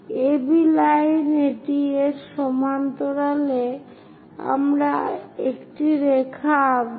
AB line এটি এর সমান্তরালে আমরা একটি রেখা আঁকব